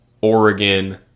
Oregon